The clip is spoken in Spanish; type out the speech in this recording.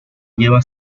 lleva